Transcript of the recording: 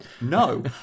no